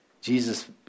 Jesus